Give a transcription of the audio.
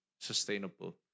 sustainable